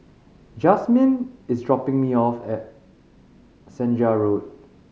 Jazmyn is dropping me off at Senja Road